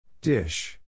Dish